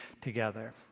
together